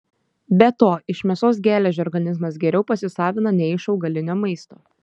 be to iš mėsos geležį organizmas geriau pasisavina nei iš augalinio maisto